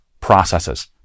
processes